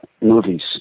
movies